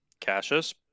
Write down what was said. Cassius